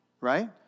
right